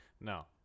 No